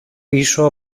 πίσω